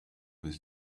his